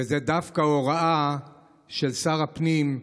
וזאת דווקא הוראה של שר הפנים,